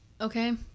Okay